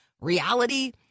reality